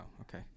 okay